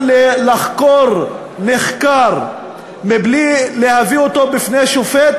לחקור נחקר מבלי להביא אותו בפני שופט,